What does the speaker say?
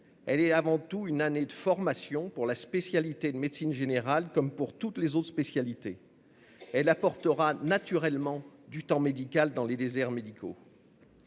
Il s'agit avant tout d'une année de formation dédiée à la spécialité de médecine générale, comme il en existe pour toutes les autres spécialités. Elle engendrera naturellement du temps médical dans les déserts médicaux.